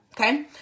Okay